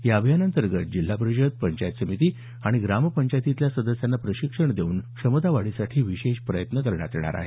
या अभियानाअंतर्गत जिल्हा परिषद पंचायत समिती आणि ग्राम पंचायतीतल्या सदस्यांना प्रशिक्षण देऊन क्षमता वाढीसाठी विशेष प्रयत्न करण्यात येणार आहेत